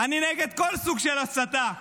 אני נגד כל סוג של הסתה,